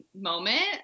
moment